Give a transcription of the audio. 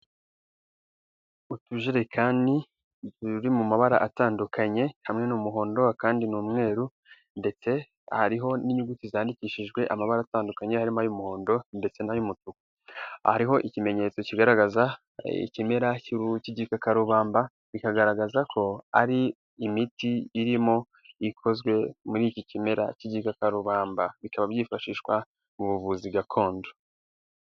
Utujerekani turi mu mabara atandukanye kamwe n'umuhondo akandi ni umweru ndetse hari n'inyuguti zandikishijwe amabara atandukanye harimo ay'umuhondo ndetse n'ay'umutuku. Aha hariho ikimenyetso kigaragaza ikimera cy'igikakarubamba bikagaragaza ko ari imiti irimo ikozwe muri iki kimera, cy'igikarubamba. Bikaba byifashishwa mu buvuzi gakondo.